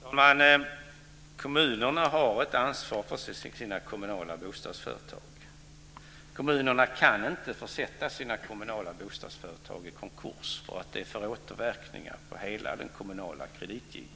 Fru talman! Kommunerna har ett ansvar för sina kommunala bostadsföretag. Kommunerna kan inte försätta sina kommunala bostadsföretag i konkurs. Det skulle få återverkningar på hela den kommunala kreditgivningen.